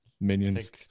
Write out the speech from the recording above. minions